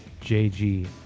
JG